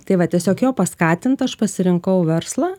tai va tiesiog jo paskatinta aš pasirinkau verslą